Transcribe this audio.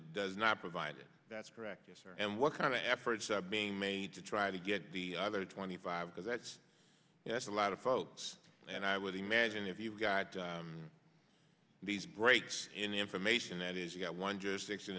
does not provide it that's correct and what kind of efforts are being made to try to do the other twenty five because that's yes a lot of folks and i would imagine if you've got these breaks in the information that is you've got one jurisdiction